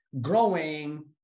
growing